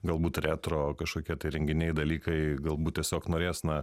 galbūt retro kažkokie renginiai dalykai galbūt tiesiog norės na